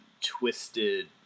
twisted